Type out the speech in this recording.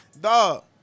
Dog